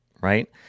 Right